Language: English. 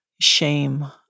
shame